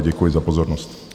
Děkuji za pozornost.